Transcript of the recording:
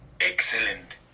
Excellent